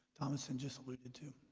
thomason just alluded to